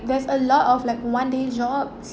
there's a lot of like one day jobs